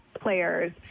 players